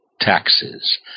Taxes